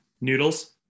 noodles